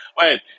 wait